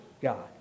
God